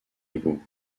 époux